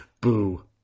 Boo